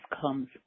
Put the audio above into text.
comes